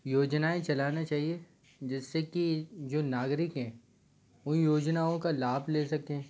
योजनाएँ चलाना चाहिए जिससे की जो नागरिक हैं उन योजनाओं का लाभ ले सकें